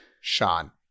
Sean